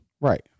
Right